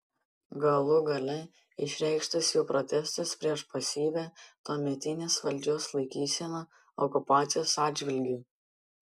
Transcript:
galų gale išreikštas jų protestas prieš pasyvią tuometinės valdžios laikyseną okupacijos atžvilgiu